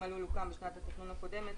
אם הלול הוקם בשנת התכנון הקודמת,